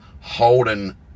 holden